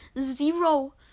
zero